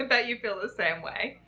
that you feel the same way!